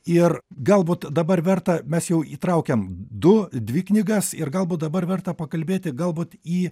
ir galbūt dabar verta mes jau įtraukėme du dvi knygas ir galbūt dabar verta pakalbėti galbūt į